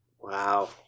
Wow